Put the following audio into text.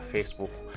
Facebook